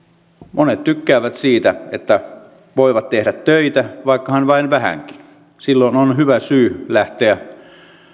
monet tykkäävät siitä että voivat tehdä töitä vaikka vain vähänkin silloin on hyvä syy lähteä